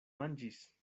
manĝis